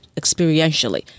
experientially